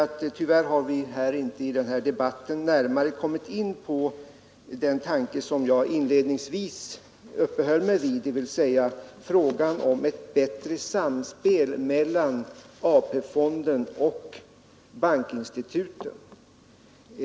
Tyvärr har vi i denna debatt inte närmare kommit in på den tanke som jag inledningsvis uppehöll mig vid — frågan om ett bättre samspel mellan AP-fonderna och bankinstituten.